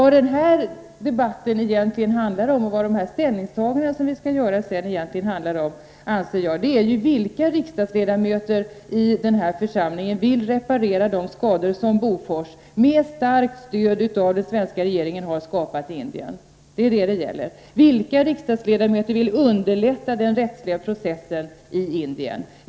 De frågor som den här debatten och de ställningstaganden som vi skall göra egentligen handlar om anser jag vara: Vilka riksdagsledamöter i den här församlingen vill reparera de skador som Bofors med starkt stöd av svenska regeringen har åstadkommit i Indien?